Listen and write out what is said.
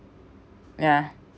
yeah